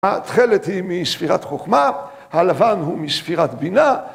‫התכלת היא מספירת חוכמה, ‫הלבן הוא מספירת בינה.